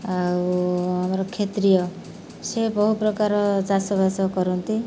ଆଉ ଆମର କ୍ଷେତ୍ରୀୟ ସେ ବହୁ ପ୍ରକାର ଚାଷବାସ କରନ୍ତି